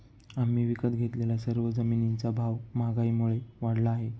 आम्ही विकत घेतलेल्या सर्व जमिनींचा भाव महागाईमुळे वाढला आहे